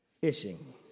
fishing